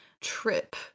trip